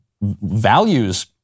values